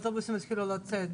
אוטובוסים יתחילו לצאת.